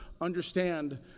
understand